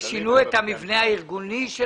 ושינו את המבנה הארגוני של